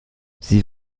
sie